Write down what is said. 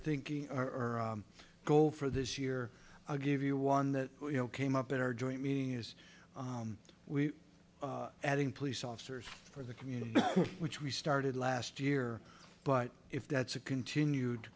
thinking or goal for this year i'll give you one that came up at our joint meeting is we adding police officers for the community which we started last year but if that's a continued